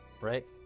right